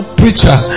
preacher